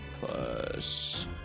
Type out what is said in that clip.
plus